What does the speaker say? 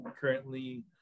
currently